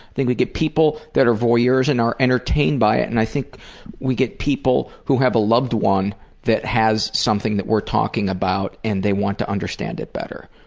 think we get people that are voyeurs and are entertained by it, and i think we get people who have a loved one that has something that we're talking about and they want to understand it better.